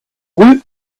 woot